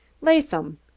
Latham